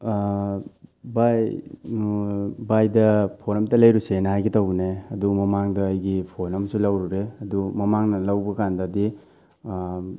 ꯚꯥꯏ ꯚꯥꯏꯗ ꯐꯣꯟ ꯑꯝꯇ ꯂꯩꯔꯨꯁꯦꯅ ꯍꯥꯏꯒꯦ ꯇꯧꯕꯅꯦ ꯑꯗꯨ ꯃꯃꯥꯡꯗ ꯑꯩꯒꯤ ꯐꯣꯟ ꯑꯃꯁꯨ ꯂꯧꯔꯨꯔꯦ ꯑꯗꯣ ꯃꯃꯥꯡꯗ ꯂꯧꯕ ꯀꯥꯟꯗꯗꯤ